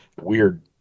weird